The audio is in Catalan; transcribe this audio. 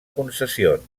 concessions